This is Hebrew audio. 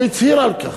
הוא הצהיר על כך,